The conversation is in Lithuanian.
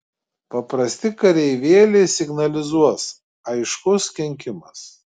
paprasti kareivėliai signalizuos aiškus kenkimas